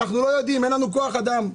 אין לנו כוח אדם,